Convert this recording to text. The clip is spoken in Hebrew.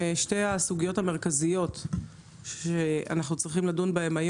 ענף ההטלה בחקיקה ראשית ומסודרת והוא הוסכם ותואם גם על ידי שר החקלאות